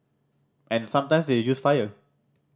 and sometimes they use fire